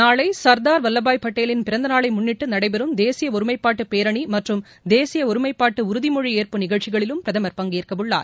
நாளை சர்தார் வல்லபாய் பட்டேலின் பிறந்த நாளை முன்னிட்டு நடைபெறும் தேசிய ஒருமைப்பாட்டு பேரணி மற்றும் தேசிய ஒருமைப்பாட்டு உறுதிமொழி ஏற்பு நிகழ்ச்சிகளிலும் பிரதமர் பங்கேற்கவுள்ளார்